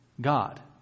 God